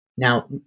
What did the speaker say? Now